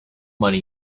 money